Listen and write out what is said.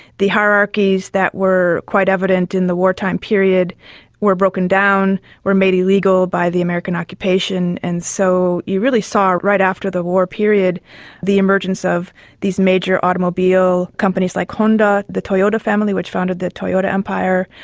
the hierarchies that were quite evident in the wartime period were broken down or made illegal by the american occupation, and so you really saw right after the war period the emergence of these major automobile companies like honda, the toyota family which founded the toyota empire.